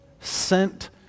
sent